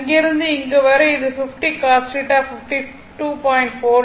அங்கிருந்து இங்கு வரை இது r 50 cos 52